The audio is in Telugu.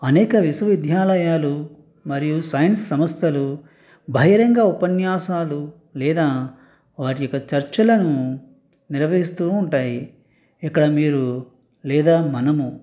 అనేక విశ్వవిద్యాలయాలు మరియు సైన్స్ సంస్థలు బహిరంగ ఉపన్యాసాలు లేదా వాటి యొక్క చర్చలను నెరవేరుస్తూ ఉంటాయి ఇక్కడ మీరు లేదా మనము